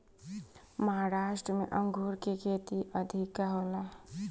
महाराष्ट्र में अंगूर के खेती अधिका होला